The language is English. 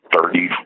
thirty